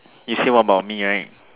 you say what about me right